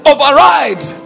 Override